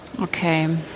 Okay